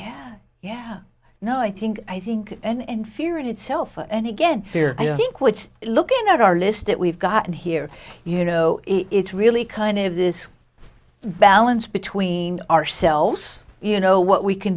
yeah yeah no i think i think and fear itself and again fear i think which looking at our list that we've got here you know it's really kind of this balance between ourselves you know what we can